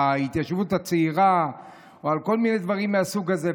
ההתיישבות הצעירה או על כל מיני דברים מהסוג הזה,